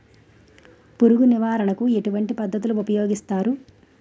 పురుగు నివారణ కు ఎటువంటి పద్ధతులు ఊపయోగిస్తారు?